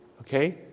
okay